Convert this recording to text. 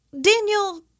Daniel